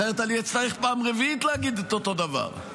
אחרת אני אצטרך פעם רביעית להגיד אותו דבר.